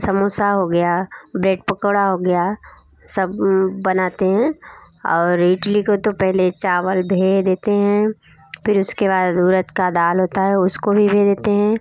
समोसा हो गया ब्रेड पकौड़ा हो गया सब बनाते हैं और इडली को तो पहले चावल धो देते हैं फिर उसके बाद उड़द का दाल होता है उसको भी धो देते हैं